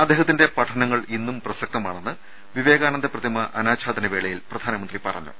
അദ്ദേഹത്തിന്റെ പഠനങ്ങൾ ഇന്നും പ്രസക്തമാണെന്ന് വിവേകാനന്ദ പ്രതിമ അനാഛാദനവേളയിൽ പ്രധാനമന്ത്രി പറഞ്ഞു